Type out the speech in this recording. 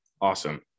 Awesome